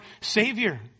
Savior